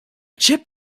chip